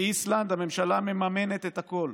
באיסלנד הממשלה מממנת את הכול,